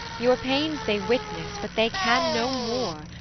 your pains they witness, but they can no more,